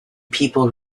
people